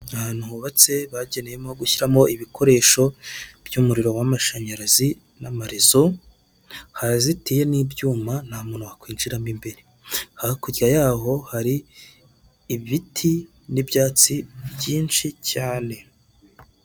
Ahantu hubatse bageneyemo gushyiramo ibikoresho by'umuriro w'amashanyarazi n'amarezo, harazitiye n'ibyuma nta muntu wakwinjiramo imbere, hakurya yaho hari ibiti n'ibyatsi byinshi cyane.